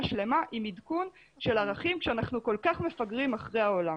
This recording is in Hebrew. שלמה עם עדכון של ערכים כאשר אנחנו כל כך מפגרים אחרי העולם.